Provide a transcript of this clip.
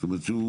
זאת אומרת,